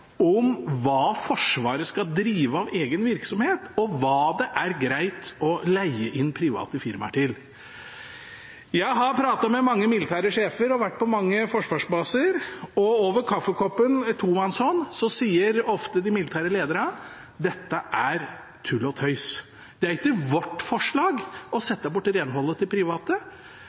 om hva Forsvaret skal drive av egen virksomhet, og hva det er greit å leie inn private firmaer til. Jeg har pratet med mange militære sjefer og vært på mange forsvarsbaser, og over kaffekoppen på tomannshånd sier ofte de militære lederne: Dette er tull og tøys! Det er ikke vårt forslag å sette bort renholdet til private,